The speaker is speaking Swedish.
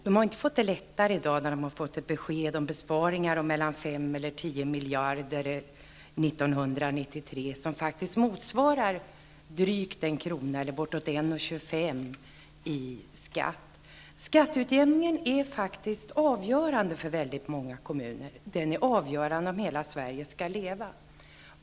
De har inte fått det lättare i dag, när de har fått besked om besparingar på mellan 5 och 10 miljarder 1993, vilket faktiskt motsvarar drygt 1 kr. eller bortåt 1:25 Skatteutjämningen är faktiskt avgörande för många kommuner. Den är avgörande för om hela Sverige skall leva.